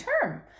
term